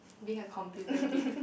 being a computer geek